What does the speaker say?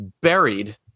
buried